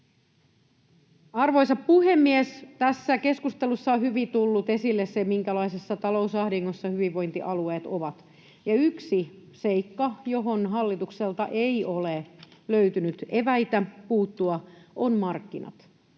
Arvoisa puhemies! Tässä keskustelussa on hyvin tullut esille se, minkälaisessa talousahdingossa hyvinvointialueet ovat. Yksi seikka, johon hallitukselta ei ole löytynyt eväitä puuttua, on markkinat.